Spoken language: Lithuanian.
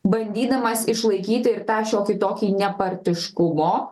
bandydamas išlaikyti ir tą šiokį tokį nepartiškumo